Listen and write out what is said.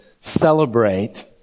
celebrate